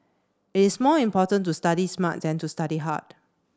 it is more important to study smart than to study hard